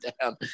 down